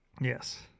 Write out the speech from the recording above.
Yes